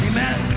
Amen